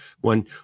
one